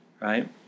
right